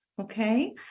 okay